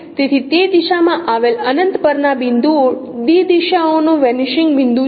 તેથી તે દિશામાં આવેલા અનંત પરના બિંદુઓ d દિશાઓનો વેનિશિંગ બિંદુ છે